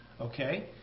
Okay